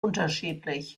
unterschiedlich